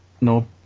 no